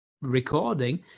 recording